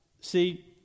See